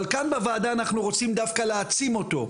אבל כאן בוועדה אנחנו רוצים דווקא להעצים אותו.